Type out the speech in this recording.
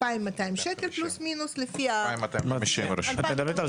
שקל פלוס מינוס לפי --- את מדברת על